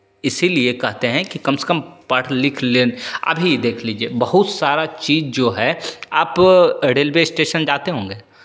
इसीलिए कहते हैं कि कम से कम पढ़ लिख लें अभी देख लीजिए बहुत सारा चीज़ जो है आप रेलवे स्टेशन जाते होंगे